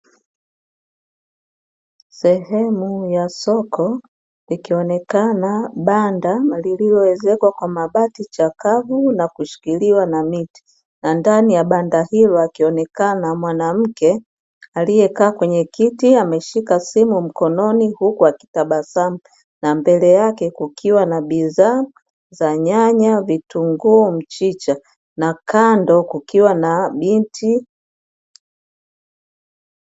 Sehemu ya soko likionekana banda lililoezekwa kwa mabati chakavu na kushikiliwa na miti na ndani ya banda hilo akionekana mwanamke aliyekaa kwenye kiti ameshika simu mkononi huku akitabasamu na mbele yake kukiwa na bidhaa za nyanya, vitunguu, mchicha na kando kukiwa na binti.